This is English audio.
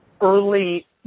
early